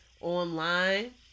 online